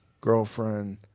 girlfriend